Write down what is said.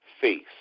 face